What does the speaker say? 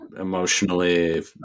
emotionally